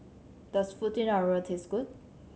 does Fettuccine Alfredo taste good